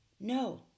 no